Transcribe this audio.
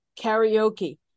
karaoke